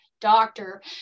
doctor